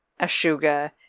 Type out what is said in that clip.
Ashuga